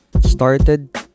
started